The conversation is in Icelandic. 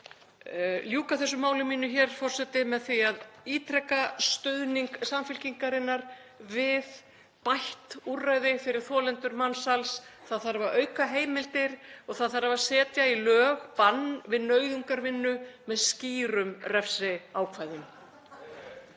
ljúka þessu máli mínu hér, forseti, með því að ítreka stuðning Samfylkingarinnar við bætt úrræði fyrir þolendur mansals. Það þarf að auka heimildir og það þarf að setja í lög bann við nauðungarvinnu með skýrum refsiákvæðum.